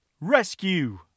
Rescue